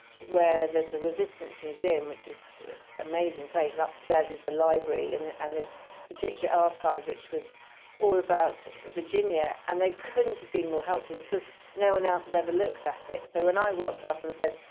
where there's a resistance museum, which is a amazing place. and upstairs, there's a library and and this particular archive, which was all about virginia. and they couldn't have been more helpful, because no one else had ever looked at it. so when i walked up and said,